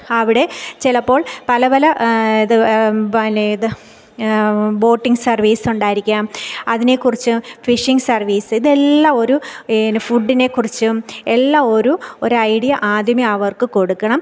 അവിടെ ചിലപ്പോൾ പല പല ത് പിന്നെ ഇത് ബോട്ടിംഗ് സർവ്വീസ് ഉണ്ടായിരിക്കാം അതിനെ കുറിച്ച് ഫിഷിങ് സർവ്വീസ് ഇതെല്ലാം ഒരു പിന്നെ ഫുഡ്ഡിനെ കുറിച്ചും എല്ലാം ഒരു ഒരൈഡിയ ആദ്യമേ അവർക്ക് കൊടുക്കണം